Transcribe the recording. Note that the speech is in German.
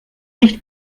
nicht